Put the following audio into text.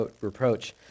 reproach